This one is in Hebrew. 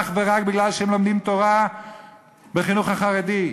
אך ורק מפני שהם לומדים תורה בחינוך החרדי.